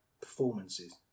performances